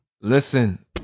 Listen